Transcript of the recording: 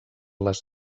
les